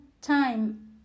time